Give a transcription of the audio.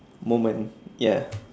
moment ya